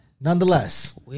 Nonetheless